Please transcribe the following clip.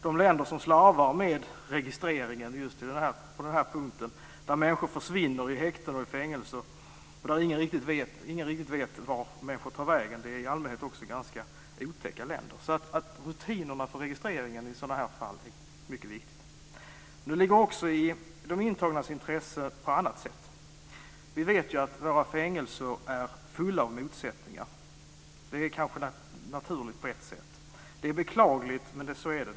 De länder som slarvar med registreringen just på den här punkten - där människor försvinner i häkten och i fängelser och där ingen riktigt vet vart människor tar vägen - är i allmänhet ganska otäcka länder. Så rutinerna för registreringen i sådana här fall är mycket viktiga. Det ligger också i de intagnas intresse på ett annat sätt. Vi vet ju att våra fängelser är fulla av motsättningar. Det är kanske naturligt på ett sätt. Det är beklagligt, men så är det.